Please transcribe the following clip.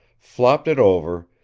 flopped it over,